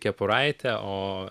kepuraitė o